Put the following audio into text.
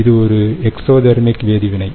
இது ஒரு எக்ஸோதேர்மிக் வேதிவினை